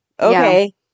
Okay